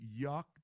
yuck